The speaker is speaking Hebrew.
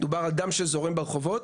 מדובר על דם שזורם ברחובות.